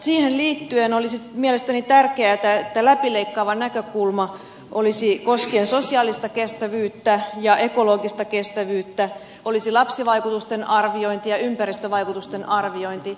siihen liittyen olisi mielestäni tärkeätä että olisi läpileikkaava näkökulma koskien sosiaalista ja ekologista kestävyyttä olisi lapsivaikutusten arviointi ja ympäristövaikutusten arviointi